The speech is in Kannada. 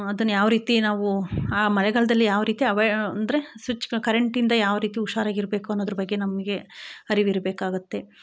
ಅದನ್ನ ಯಾವ ರೀತಿ ನಾವು ಆ ಮಳೆಗಾಲದಲ್ಲಿ ಯಾವ ರೀತಿ ಅವೈ ಅಂದರೆ ಸ್ವಿಚ್ ಕರೆಂಟಿಂದ ಯಾವ ರೀತಿ ಹುಷಾರಾಗಿರಬೇಕು ಅನ್ನೋದ್ರ ಬಗ್ಗೆ ನಮಗೆ ಅರಿವಿರಬೇಕಾಗುತ್ತೆ